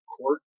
court